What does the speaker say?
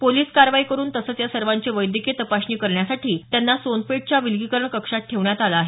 police कारवाई करुन तसंच या सर्वांची वैद्यकीय तपासणी त्यांना सोनपेठच्या विलगीकरण कक्षात ठेवण्यात आलं आहे